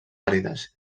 àrides